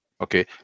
Okay